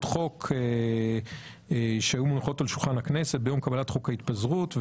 חוק שהיו מונחות על שולחן הכנסת ביום קבלת חוק ההתפזרות,